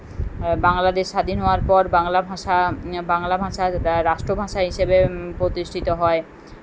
হ্যাঁ বাংলাদেশ স্বাধীন হওয়ার পর বাংলা ভাষা বাংলা ভাষার রাষ্ট্রভাষা হিসেবে প্রতিষ্ঠিত হয়